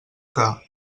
que